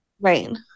Right